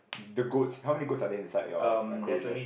the goats how many goats are there inside your enclosure